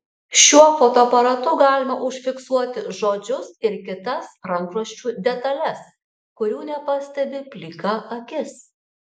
šiuo fotoaparatu galima užfiksuoti žodžius ir kitas rankraščių detales kurių nepastebi plika akis